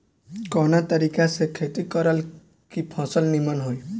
कवना तरीका से खेती करल की फसल नीमन होई?